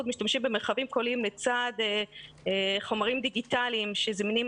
משתמשים במרחבים קוליים לצד חומרים דיגיטליים שזמינים